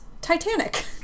Titanic